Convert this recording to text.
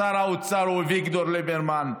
שר האוצר הוא אביגדור ליברמן,